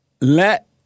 Let